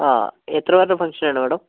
ആ എത്ര പേരുടെ ഫംഗ്ഷൻ ആണ് മേഡം